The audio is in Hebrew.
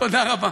תודה רבה.